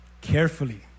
carefully